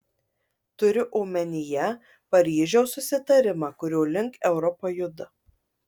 turiu omenyje paryžiaus susitarimą kurio link europa juda